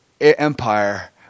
empire